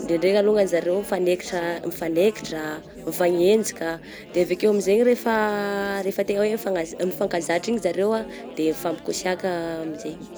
ndraindraingany longany zareo mifanaikitra ah mifanaikitra, mifanenjika de avy akeo amin'izay rehefa, rehefa tegna hoe mifa-mifankazatra igny zareo ah de mifampikosiaka amizay.